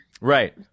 Right